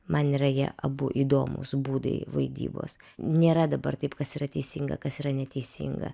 man yra jie abu įdomūs būdai vaidybos nėra dabar taip kas yra teisinga kas yra neteisinga